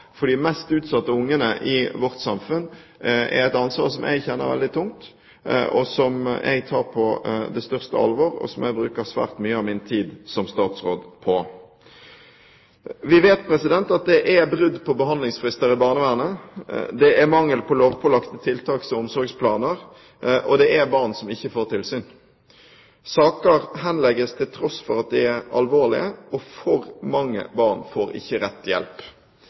mest utsatte barna i vårt samfunn, er et ansvar jeg kjenner veldig tungt, og som jeg tar på det største alvor, og som jeg bruker svært mye av min tid som statsråd på. Vi vet at det er brudd på behandlingsfrister i barnevernet, det er mangel på lovpålagte tiltaks- og omsorgsplaner, og det er barn som ikke får tilsyn. Saker henlegges til tross for at de er alvorlige, og for mange barn får ikke rett hjelp.